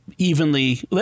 evenly